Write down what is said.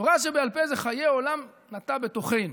תורה שבעל פה זה "חיי עולם נטע בתוכנו".